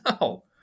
No